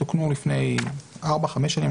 שתוקנו לפני ארבע או חמש שנים,